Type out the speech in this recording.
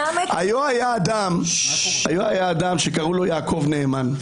היה היה אדם שקראו לו יעקב נאמן.